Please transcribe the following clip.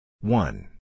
One